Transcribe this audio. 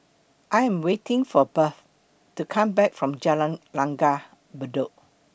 I Am waiting For Bert to Come Back from Jalan Langgar Bedok